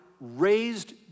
raised